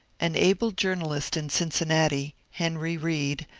an able journalist in cincinnati, henry reed,